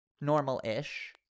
normal-ish